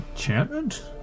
Enchantment